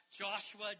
Joshua